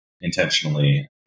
intentionally